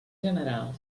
general